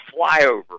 flyover